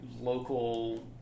local